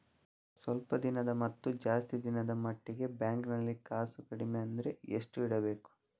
ಸ್ವಲ್ಪ ದಿನದ ಮತ್ತು ಜಾಸ್ತಿ ದಿನದ ಮಟ್ಟಿಗೆ ಬ್ಯಾಂಕ್ ನಲ್ಲಿ ಕಾಸು ಕಡಿಮೆ ಅಂದ್ರೆ ಎಷ್ಟು ಇಡಬೇಕು?